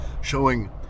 showing